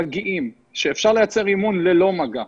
שניתן לייצר בו אימון ללא מגע,